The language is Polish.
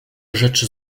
rzeczy